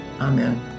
Amen